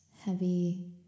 heavy